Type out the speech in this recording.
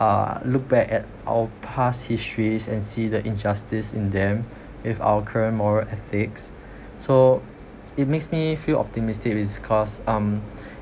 uh look back at our past history and see the injustice in them with our current moral ethics so it makes me feel optimistic is because um